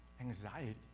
anxiety